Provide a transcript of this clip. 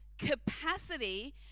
capacity